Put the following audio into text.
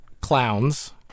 clowns